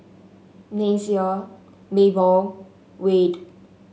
Nyasia Mable Wade